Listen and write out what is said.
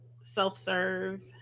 self-serve